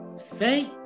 thank